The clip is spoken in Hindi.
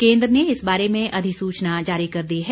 केंद्र ने इस बारे में अधिसूचना जारी कर दी है